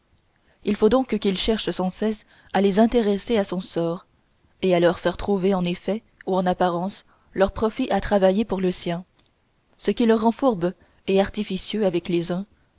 il faut donc qu'il cherche sans cesse à les intéresser à son sort et à leur faire trouver en effet ou en apparence leur profit à travailler pour le sien ce qui le rend fourbe et artificieux avec les uns